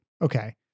okay